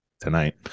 tonight